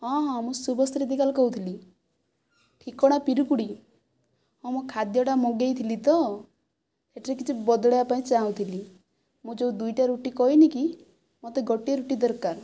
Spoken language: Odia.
ହଁ ହଁ ମୁଁ ଶୁଭଶ୍ରୀ ଦିଗାଲ କହୁଥିଲି ଠିକଣା ପିରିକୁଡ଼ି ହଁ ମୁଁ ଖାଦ୍ୟଟା ମଗାଇଥିଲି ତ ସେଠିରେ କିଛି ବଦଳାଇବା ପାଇଁ ଚାହୁଁଥିଲି ମୁଁ ଯେଉଁ ଦୁଇଟା ରୁଟି କହିନି କି ମୋତେ ଗୋଟିଏ ରୁଟି ଦରକାର